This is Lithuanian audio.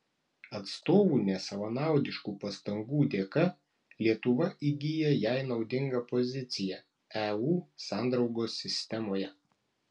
atstovų nesavanaudiškų pastangų dėka lietuva įgyja jai naudingą poziciją eu sandraugos sistemoje